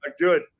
Good